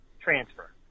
transfer